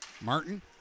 Martin